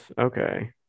okay